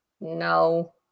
No